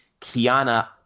Kiana